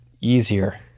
easier